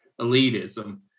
elitism